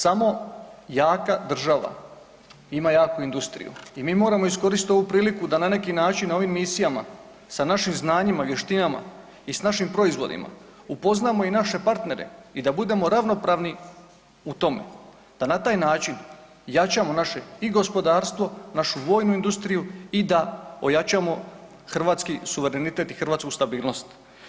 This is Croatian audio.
Samo jaka država ima jaku industriju i mi moramo iskoristit ovu priliku da na neki način na ovim misijama sa našim znanjima i vještinama i s našim proizvodima upoznamo i naše partnere i da budemo ravnopravni u tome, da na taj način jačamo naše i gospodarstvo, našu vojnu industriju i da ojačamo hrvatski suverenitet i hrvatsku stabilnost.